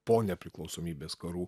po nepriklausomybės karų